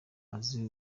azi